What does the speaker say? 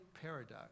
paradox